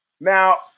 Now